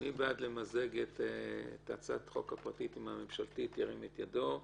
מי בעד למזג את הצעת החוק הפרטית עם הממשלתית ירים את ידו.